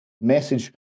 message